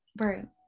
right